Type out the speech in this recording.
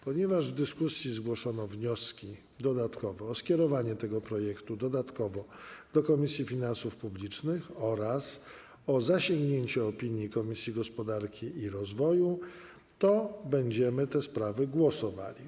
Ponieważ w dyskusji zgłoszono wnioski o skierowanie tego projektu dodatkowo do Komisji Finansów Publicznych oraz zasięgnięcie opinii Komisji Gospodarki i Rozwoju, będziemy nad tymi sprawami głosowali.